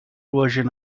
version